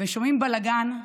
ושומעים בלגן,